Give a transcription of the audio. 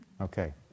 Okay